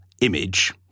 image